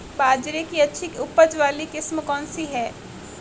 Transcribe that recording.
बाजरे की अच्छी उपज वाली किस्म कौनसी है?